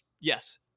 Yes